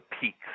peaks